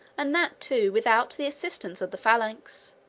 and that, too, without the assistance of the phalanx.